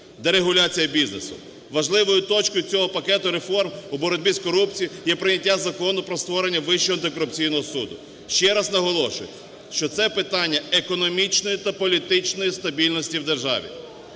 дерегуляція бізнесу. Важливою точкою цього пакету реформ у боротьбі з корупцією є прийняття Закону про створення Вищого антикорупційного суду. Ще раз наголошую, що це питання економічної та політичної стабільності в державі.